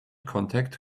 contact